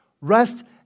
Rest